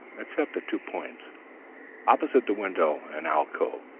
except at two points opposite the window an alcove,